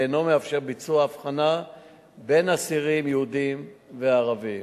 ואינו מאפשר ביצוע הבחנה בין אסירים יהודים וערבים.